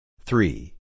Three